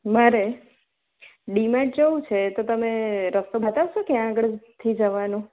મારે D mart જવું છે તો તમે રસ્તો બતાવશો ક્યાં આગળથી જવાનું